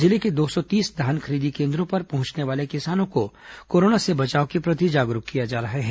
जिले के दो सौ तीस धान खरीदी केंद्रों पर पहुंचने वाले किसानों को कोरोना से बचाव के प्रति जागरूक किया जा रहा है